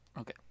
Okay